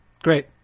Great